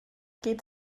geht